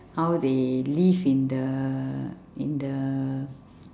how they live in the in the